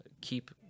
keep